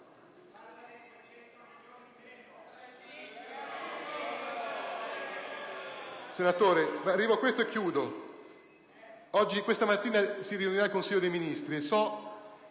Senatore, arrivo al punto e chiudo. Questa mattina si riunirà il Consiglio dei ministri